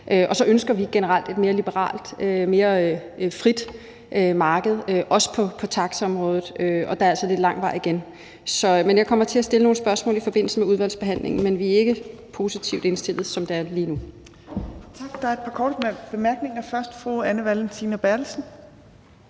Og så ønsker vi generelt et mere liberalt, et mere frit marked, også på taxaområdet – og der er altså lidt lang vej igen. Jeg kommer til at stille nogle spørgsmål i forbindelse med udvalgsbehandlingen, men som det er lige nu, er vi ikke positivt indstillet. Kl. 15:01 Tredje næstformand (Trine Torp): Tak. Der er et par korte bemærkninger, først fra fru Anne Valentina Berthelsen.